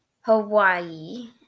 Hawaii